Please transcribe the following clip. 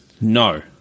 No